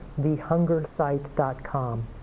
TheHungerSite.com